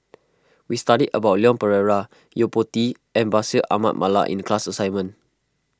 we studied about Leon Perera Yo Po Tee and Bashir Ahmad Mallal in the class assignment